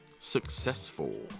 successful